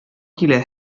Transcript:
килә